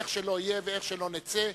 איך שלא יהיה ואיך שלא נצא,